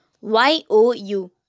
Y-O-U